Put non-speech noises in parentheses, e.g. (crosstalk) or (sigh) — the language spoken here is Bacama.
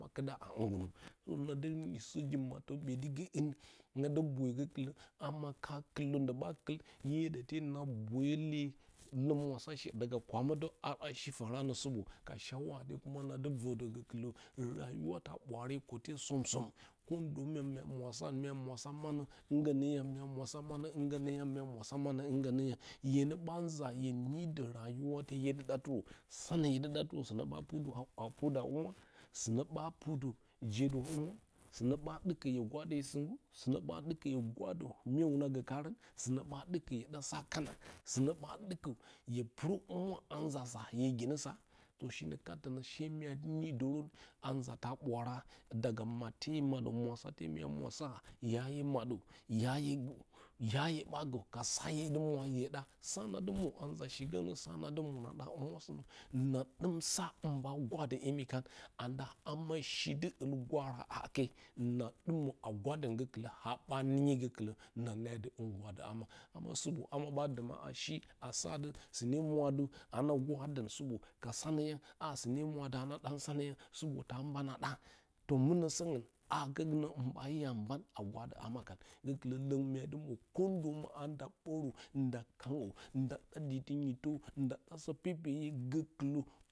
Kua a hungonə na dɨ nuiso nzi mattə ɓədigə hin nadu boyə gokulə amo ka kule nduɓa kul (unintelligible) na boyile lo mwasashi kuramato daga a shi foranə supo (unintelligible) nadi vodə gukulə rayuwata bwaare kote somsom kondo ma mya mwasaron mya morasa manə hingonə yang, mya muasa manə hingənə yang, mya muasa manə hingən nə yang, hue nə ɓa nza hue nidə rayuwata te hyeduɗaturə sanə hyedubaturə sunə ɓa purda a humura? Suno ɓa purdə jedau a humara- sunno ɓa dukə hye gwadə hye singu? Sunwo ɓa ɗukə hye gwadə mye wunə gə karə? Suanturn ɓa ɗukə hye ɗ sa kana, sunə ɓa ɗuka hye purohumwa a nzasa hye zinəsa? (unintelligible) shi nə kat tənə she mya dɨ nidorə a nzata bwaara daga mahe hye modə murasade mya murasa yayə moddə yayagə yayəɓa gə ka sa hye muna hye ɗa, s anadu muro a nzashi goupnə sanadu muna na da mwoshi nna dum hin ɓa gwaɗə imi kan anda shi du al girahah a hakai nna dumə a gwadon gokulə haa ɓa ningyi gokulə na leyati hin gwadə ama (unintelligible) supoama ba duma a shi a sati sune mwa ati ana gwadon supo ka sunə yang sune mawa ati ana ɗan sanə yang supo ta bang adan to munə songn a godinə him ba a ban a gwadə ama kan gokulə longn myadunwo kondoma a da borə nda kohgyo nda da ditti nyitɨtɨ nda ɗa sɨ pepeye gukulə.